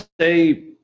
Say